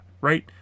Right